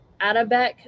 Adabek